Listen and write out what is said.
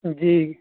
جی